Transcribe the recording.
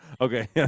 Okay